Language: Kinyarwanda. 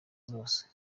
zose